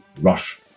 rush